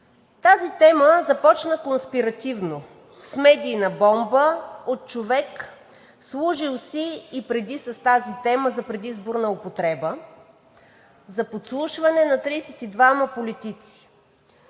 Тази тема започна конспиративно с медийна бомба от човек, служил си и преди с тази тема за предизборна употреба за подслушване на 32 политици.